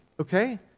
okay